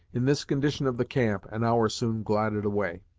in this condition of the camp, an hour soon glided away.